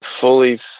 fully